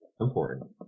Important